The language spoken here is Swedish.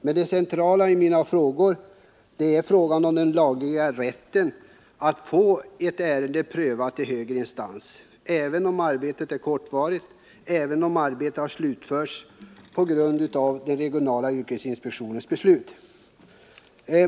Men det centrala är frågan om den lagliga rätten att få ett ärende prövat i högre instans även om arbetet är kortvarigt och även om arbetet har avslutats på grund av den regionala yrkesinspektionens beslut.